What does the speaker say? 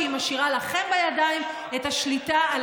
שהיא משאירה לכם בידיים את השליטה על